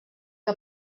que